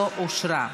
לא נתקבלה.